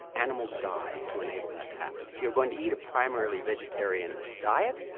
animals die to enable that to happen. if you're going to eat a primarily vegetarian diet,